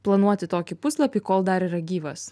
planuoti tokį puslapį kol dar yra gyvas